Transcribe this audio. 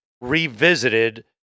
revisited